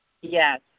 Yes